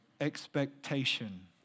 expectation